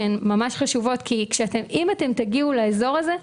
שהן ממש חשובות כי אם תגיעו לאזור הזה,